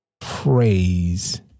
phrase